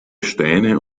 steine